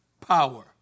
power